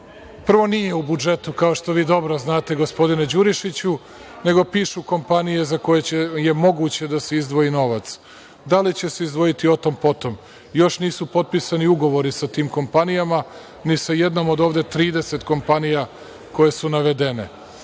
Prvo, nije u budžetu, kao što vi dobro znate, gospodine Đurišiću, nego pišu kompanije za koje je moguće da se izdvoji novac. Da li će se izdvojiti, o tom potom. Još nisu potpisani ugovori sa tim kompanijama, ni sa jednom od ovde 30 kompanija koje su navedene.